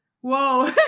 whoa